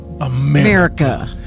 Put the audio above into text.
America